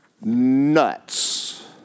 nuts